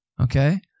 Okay